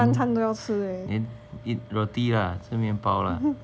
then then eat roti lah 吃面包 lah